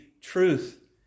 truth